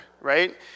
right